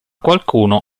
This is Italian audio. qualcuno